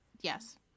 yes